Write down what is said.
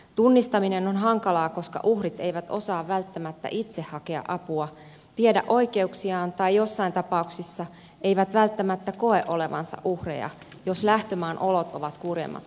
tunnistaminen on hankalaa koska uhrit eivät osaa välttämättä itse hakea apua tiedä oikeuksiaan tai joissain tapauksissa eivät välttämättä koe olevansa uhreja jos lähtömaan olot ovat kurjemmat kuin suomessa